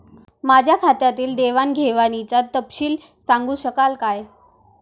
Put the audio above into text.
माझ्या खात्यातील देवाणघेवाणीचा तपशील सांगू शकाल काय?